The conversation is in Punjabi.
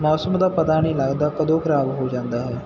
ਮੌਸਮ ਦਾ ਪਤਾ ਨਹੀਂ ਲੱਗਦਾ ਕਦੋਂ ਖਰਾਬ ਹੋ ਜਾਂਦਾ ਹੈ